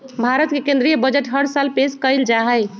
भारत के केन्द्रीय बजट हर साल पेश कइल जाहई